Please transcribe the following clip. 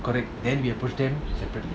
correct then we approach them separately